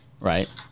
right